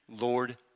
Lord